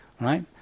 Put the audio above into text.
right